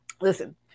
listen